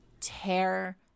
tear